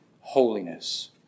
holiness